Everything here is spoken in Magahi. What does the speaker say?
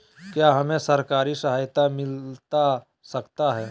क्या हमे सरकारी सहायता मिलता सकता है?